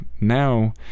now